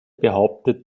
behauptet